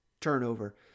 turnover